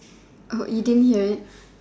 Oh you didn't hear it